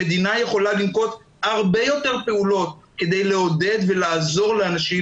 המדינה יכולה לנקוט הרבה יותר פעולות כדי לעודד ולעזור לאנשים